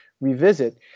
revisit